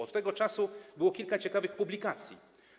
Od tego czasu było kilka ciekawych publikacji.